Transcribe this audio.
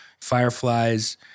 Fireflies